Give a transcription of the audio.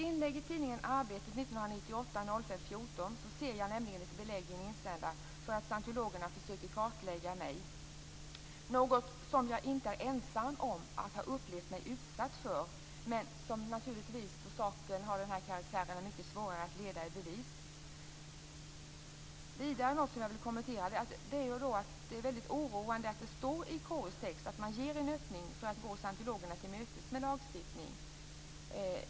I tidningen Arbetet den 14 maj 1998 fanns det belägg i en insändare för att scientologerna försöker att kartlägga mig, något som jag inte är ensam om att ha upplevt mig vara utsatt för. Men eftersom saken har den här karaktären är detta mycket svårare att leda i bevis. Det är väldigt oroande att det står i KU:s text att man ger en öppning för att gå scientologerna till mötes med lagstiftning.